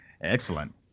Excellent